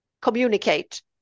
communicate